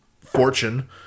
fortune